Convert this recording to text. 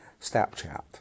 snapchat